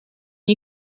you